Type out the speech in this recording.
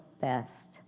best